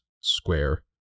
Square